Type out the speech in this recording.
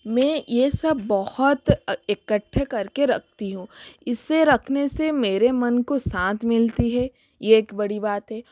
मैं ये सब बहुत इकठ्ठे करके रखती हूँ इसे रखने से मेरे मन को शांत मिलती है ये एक बड़ी बात है